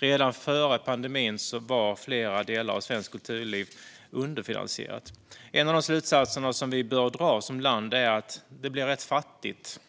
Redan före pandemin var flera delar av svenskt kulturliv underfinansierade. En av de slutsatser som vi som land bör dra är att det blir rätt fattigt